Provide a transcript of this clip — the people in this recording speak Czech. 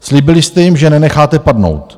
Slíbili jste jim, že je nenecháte padnout?